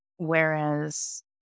Whereas